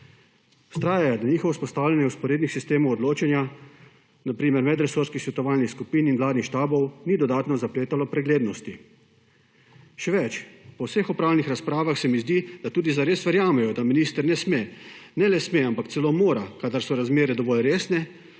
Vztraja, da njihovo vzpostavljanje vzporednih sistemov odločanja, na primer medresorskih svetovalnih skupin in vladnih štabov, ni dodatno zapletalo preglednosti. Še več. Po vseh opravljenih razpravah se mi zdi, da tudi zares verjamejo, da minister ne le sme, ampak celo mora, kadar so razmere dovolj resne,